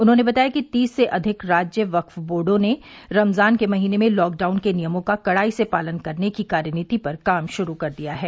उन्होंने बताया कि तीस से अधिक राज्य वक्फ बोर्डो ने रमजान के महीने में लॉकडाउन के नियमों का कड़ाई से पालन करने की कार्यनीति पर काम शुरू कर दिया है